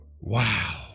Wow